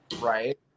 Right